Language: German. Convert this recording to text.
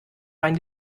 mein